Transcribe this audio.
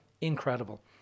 incredible